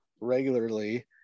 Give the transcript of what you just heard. regularly